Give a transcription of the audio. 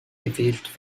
gewählt